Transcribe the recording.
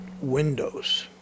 windows